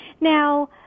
Now